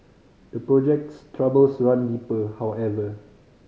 the project's troubles run deeper however